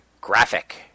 graphic